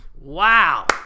Wow